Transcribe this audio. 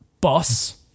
boss